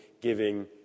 giving